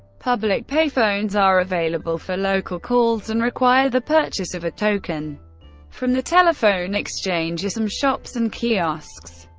public pay phones are available for local calls and require the purchase of a token from the telephone exchange or some shops and kiosks.